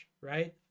right